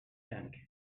cinq